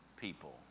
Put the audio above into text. people